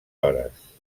hores